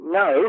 no